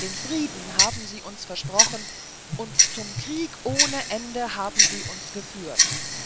den frieden haben sie uns versprochen und zum krieg ohne ende haben sie uns geführt